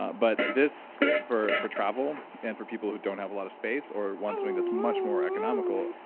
ah but, this, for for travel and for people who don't have a lot of space, or want something that's much more economical,